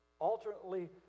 alternately